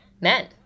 men